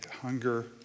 hunger